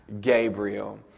Gabriel